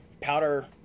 powder